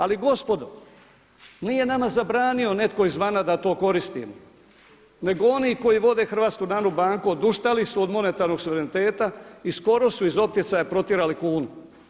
Ali gospodo, nije nama zabranio netko izvana da to koristimo nego oni koji vode HNB odustali su od monetarnog suvereniteta i skoro su iz opticaja protjerali kunu.